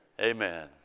Amen